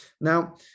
Now